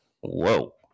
Whoa